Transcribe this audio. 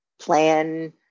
Plan